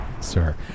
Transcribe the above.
sir